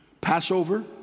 Passover